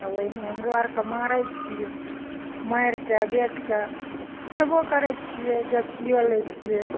ओहना हमरो आरके मारै छियै मारिके बेच कऽ खेबो करै छियै बेचियो लै छियै